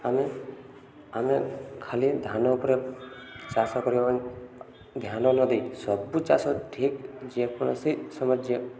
ଆମେ ଆମେ ଖାଲି ଧାନ ଉପରେ ଚାଷ କରିବା ଧ୍ୟାନ ନ ଦେଇ ସବୁ ଚାଷ ଠିକ ଯେକୌଣସି ସମୟରେ ଯେ